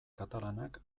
katalanak